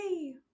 yay